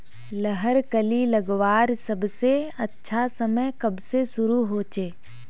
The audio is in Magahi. लहर कली लगवार सबसे अच्छा समय कब से शुरू होचए?